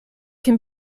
can